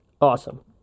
Awesome